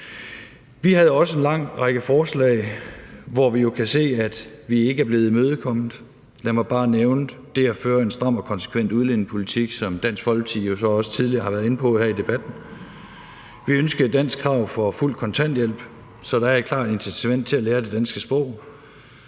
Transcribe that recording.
Vi havde også en lang række forslag, hvor vi jo kan se, at vi ikke er blevet imødekommet. Lad mig bare nævne det at føre en stram og konsekvent udlændingepolitik, som Dansk Folkeparti jo også tidligere har været inde på her i debatten. Vi ønskede et danskkrav for fuld kontanthjælp, så der er et klart incitament til at lære det danske sprog.